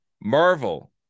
Marvel